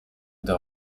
gdy